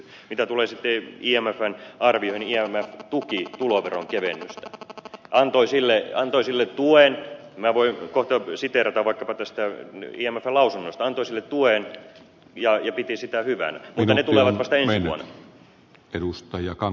mitä tulee sitten imfn arvioihin imf tuki tuloveronkevennyksiä antoi sille tuen minä voin kohta siteerata vaikkapa tästä imfn lausunnosta ja piti sitä hyvänä mutta ne tulevat vasta ensi vuonna